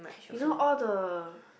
you know all the